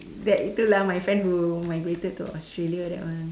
that itu lah my friend who migrated to Australia that one